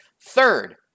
Third